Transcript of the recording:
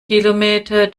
kilometer